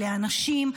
אלה אנשים,